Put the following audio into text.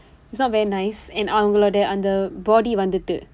it's not very nice and அவங்களுடைய அந்த:avangkaludaiya andtha body வந்துட்டு:vandthutdu